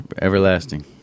everlasting